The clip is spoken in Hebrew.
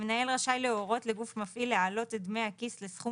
המנהל רשאי להורות לגוף מפעיל להעלות את דמי הכיס לסכום